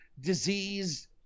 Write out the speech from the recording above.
disease